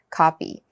copy